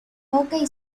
hockey